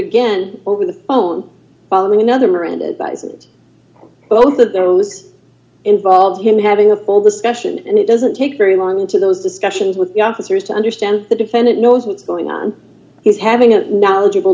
again over the phone following another and advisement both of those involve him having a full discussion and it doesn't take very long to those discussions with the officers to understand the defendant knows what's going on he's having a knowledgeable